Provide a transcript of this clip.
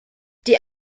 die